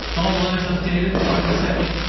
all the lines updated up to the second